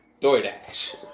DoorDash